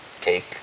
take